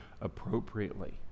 appropriately